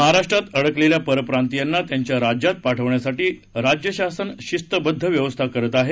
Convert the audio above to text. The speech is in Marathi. महाराष्ट्रात अडकलेल्या परप्रांतियांना त्यांच्या राज्यात पाठवण्यासाठी राज्यशासन शिस्तबद्ध व्यवस्था करत आहे